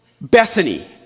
Bethany